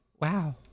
Wow